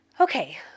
Okay